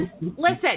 listen